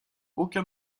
aucun